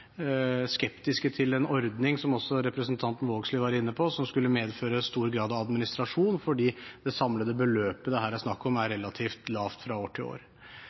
skeptiske til en ordning, som også representanten Vågslid var inne på, som skulle medføre en stor grad av administrasjon, fordi det samlede beløpet det her er snakk om, er relativt lavt fra år til år.